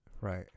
Right